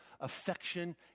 affection